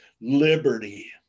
liberty